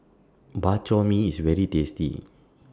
Bak Chor Mee IS very tasty